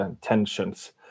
tensions